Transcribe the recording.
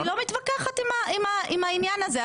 אני לא מתווכחת עם העניין הזה.